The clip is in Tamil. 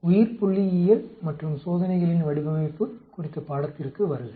உயிர்புள்ளியியல் மற்றும் சோதனைகளின் வடிவமைப்பு குறித்த பாடத்திற்கு வருக